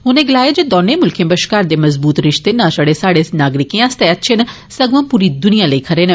उनें गलाया जे दौनें मुल्खें बश्कार दे मजबूत रिश्ते नां छड़े साहड़े नागरिकें आस्तै अच्छे न सगुआं पूरी दुनिया लेई खरे न